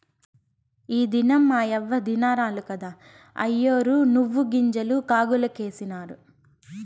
ఈ దినం మాయవ్వ దినారాలు కదా, అయ్యోరు నువ్వుగింజలు కాగులకేసినారు